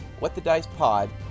whatthedicepod